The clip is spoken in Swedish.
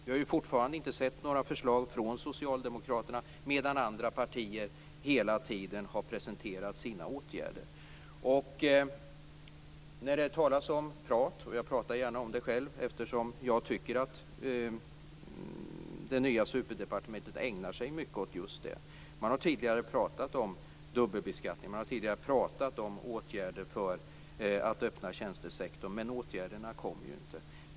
Vi har fortfarande inte sett några förslag från Socialdemokraterna, medan andra partier hela tiden har presenterat sina förslag till åtgärder. Det talas om prat, och jag pratar gärna om det själv eftersom jag tycker att det nya superdepartementet ägnar sig mycket åt just detta. Man har tidigare pratat om dubbelbeskattning. Man har tidigare pratat om åtgärder för att öppna tjänstesektorn. Men åtgärderna kommer ju inte.